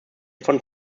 von